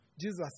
Jesus